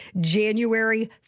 january